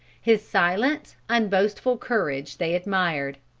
his silent, unboastful courage they admired.